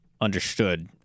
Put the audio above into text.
understood